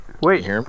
wait